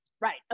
right